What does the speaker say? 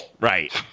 Right